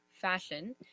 fashion